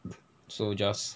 so just